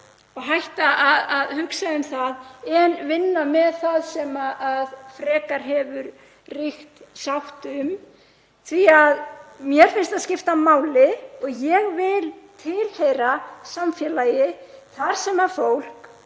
um, hætta að hugsa um það en vinna með það sem frekar hefur ríkt sátt um. Mér finnst það skipta máli og ég vil tilheyra samfélagi þar sem fólk